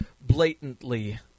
blatantly